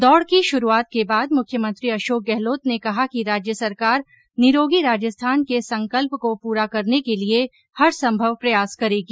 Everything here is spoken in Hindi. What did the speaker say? दौड़ की शुरुआत के बाद मुख्यमंत्री अशोक गहलोत ने कहा कि राज्य सरकार निरोगी राजस्थान के संकल्प को पूरा करने के लिए हर संभव प्रयास करेगी